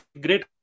great